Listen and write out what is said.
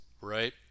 right